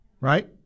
Right